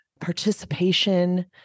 participation